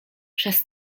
przez